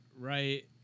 right